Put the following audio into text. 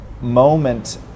moment